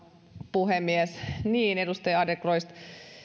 puhemies niin edustaja adlercreutz